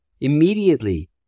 immediately